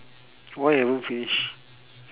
why you haven't finish